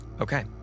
Okay